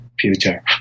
future